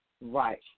Right